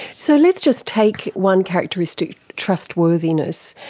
so let's just take one characteristic trustworthiness.